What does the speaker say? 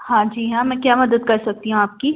हाँ जी हाँ मैं क्या मदद कर सकती हूँ आपकी